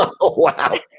Wow